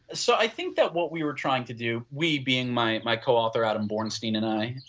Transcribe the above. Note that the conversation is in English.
so i think that what we are trying to do we being my my co-author adam bornstein and i,